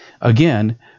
Again